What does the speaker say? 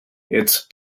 its